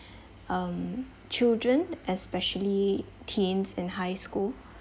um children especially teens in high school